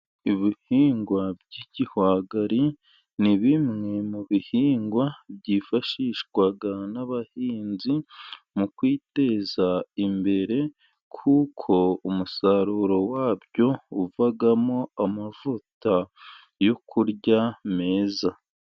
Ibihingwa by'igihwagari, ni bimwe mu bihingwa byifashishwa n'abahinzi mu kwiteza imbere, kuko umusaruro wabyo uvamo amavuta yo kurya meza.